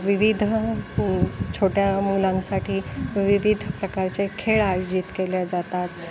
विविध छोट्या मुलांसाठी विविध प्रकारचे खेळ आयोजित केले जातात